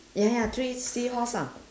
ya ya three seahorse ah